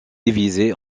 divisée